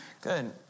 Good